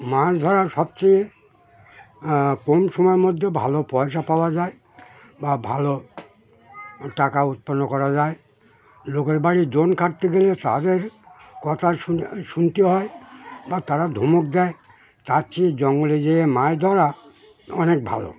মাছ ধরার সবচেয়ে কম সময়ের মধ্যে ভালো পয়সা পাওয়া যায় বা ভালো টাকা উৎপন্ন করা যায় লোকের বাড়ি জোন কাাটতে গেলে তাদের কথা শুনে শুনতে হয় বা তারা ধমক দেয় তার চেয়ে জঙ্গলে যেয়ে মাছ ধরা অনেক ভালো